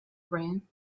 brain